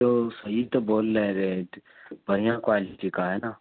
تو صحیح تو بول رہے ہیں ریٹ بڑھیا کوالٹی کا ہے نا